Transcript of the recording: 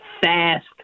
fast